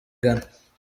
ghana